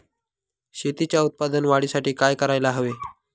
शेतीच्या उत्पादन वाढीसाठी काय करायला हवे?